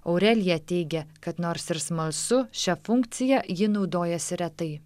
aurelija teigė kad nors ir smalsu šia funkcija ji naudojasi retai